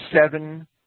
seven